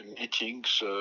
meetings